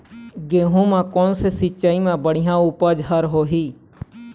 गेहूं म कोन से सिचाई म बड़िया उपज हर होही?